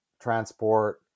transport